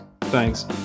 thanks